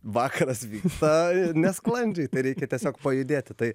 vakaras vyksta nesklandžiai tai reikia tiesiog pajudėti tai